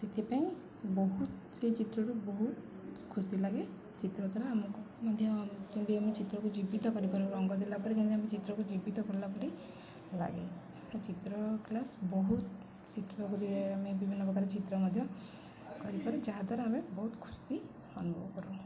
ସେଥିପାଇଁ ବହୁତ ସେଇ ଚିତ୍ରରୁ ବହୁତ ଖୁସି ଲାଗେ ଚିତ୍ର ଦ୍ୱାରା ଆମକୁ ମଧ୍ୟ ଯେମିତି ଆମେ ଚିତ୍ରକୁ ଜୀବିତ କରିପାରୁ ରଙ୍ଗ ଦେଲା ପରେ ଯେମିତି ଆମେ ଚିତ୍ରକୁ ଜୀବିତ କରିଲା ପରି ଲାଗେ ତ ଚିତ୍ର କ୍ଲାସ୍ ବହୁତ ଶିଖିବାକୁ ଦିଏ ଆମେ ବିଭିନ୍ନ ପ୍ରକାର ଚିତ୍ର ମଧ୍ୟ କରିପାରୁ ଯାହାଦ୍ୱାରା ଆମେ ବହୁତ ଖୁସି ଅନୁଭବ କରୁ